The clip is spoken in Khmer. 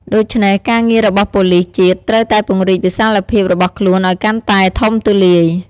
ដូច្នេះ ការងាររបស់ប៉ូលិសជាតិត្រូវតែពង្រីកវិសាលភាពរបស់ខ្លួនឲ្យកាន់តែធំទូលាយ។